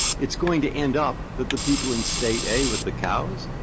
it's going to end up that the people in state a with the cows,